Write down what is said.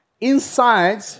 inside